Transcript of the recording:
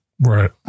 Right